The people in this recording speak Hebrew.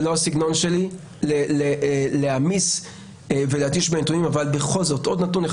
זה לא הסגנון שלי להעמיס ולהתיש בנתונים אבל בכל זאת עוד נתון אחד